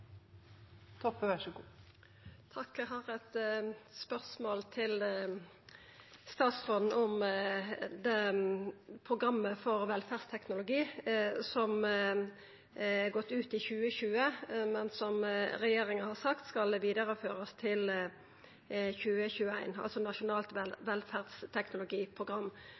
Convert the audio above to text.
har eit spørsmål til statsråden om programmet for velferdsteknologi, som går ut i 2020, men som regjeringa har sagt skal vidareførast til 2021 – altså Nasjonalt velferdsteknologiprogram.